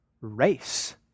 race